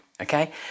okay